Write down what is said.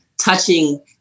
touching